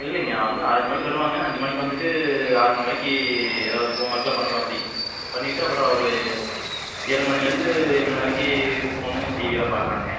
இல்லைங்க அவன் வந்து ஆறஞ்சு மணிக்கு வருவாங்க அஞ்சு மணிக்கு வந்துவிட்டு ஆறு மணிக்கு எதாவது ஹோம் ஒர்க் எல்லாம் பண்ணுவாப்பிடி பண்ணிவிட்டு அப்புறம் ஒரு ஏழு மணிலருந்து எட்டு மணி வரைக்கி ஃபோனு டிவியெல்லாம் பார்க்குறானுங்க